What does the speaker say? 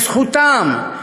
בזכותם,